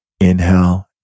Inhale